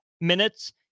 minutes